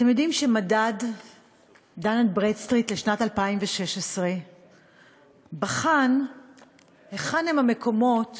אתם יודעים שמדד דן אנד ברדסטריט לשנת 2016 בחן היכן הם המקומות